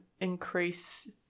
increase